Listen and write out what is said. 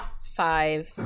five